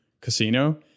casino